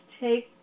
take